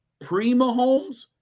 pre-Mahomes